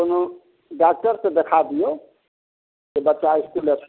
कोनो डॉक्टर से देखा दियौ जे बच्चा इसकुल